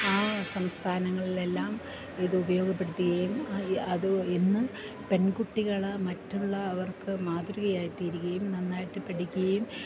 ആ സംസ്ഥാനങ്ങളിലെല്ലാം ഇത് ഉപയോഗപ്പെടുത്തുകയും അത് ഇന്ന് പെൺകുട്ടികള് മറ്റുള്ളവർക്കു മാതൃകയായിത്തീരുകയും നന്നായിട്ടു പഠിക്കുകയും